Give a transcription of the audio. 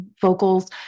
vocals